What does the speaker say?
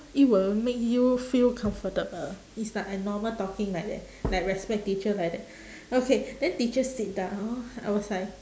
it will make you feel comfortable is like I normal talking like that like respect teacher like that okay then teacher sit down I was like